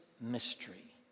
mystery